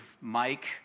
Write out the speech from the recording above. Mike